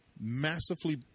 massively